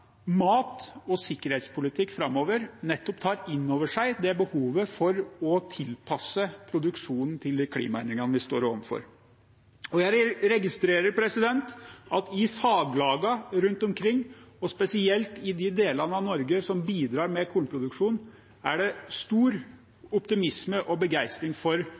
mat- og sikkerhetspolitikk nettopp tar innover seg behovet for å tilpasse produksjonen til de klimaendringene vi står overfor. Jeg registrerer at i faglagene rundt omkring, og spesielt i de delene av Norge som bidrar med kornproduksjon, er det stor optimisme og begeistring over at flertallet i Stortinget nå peker på muligheten for